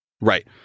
Right